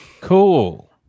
Cool